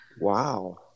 wow